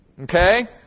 Okay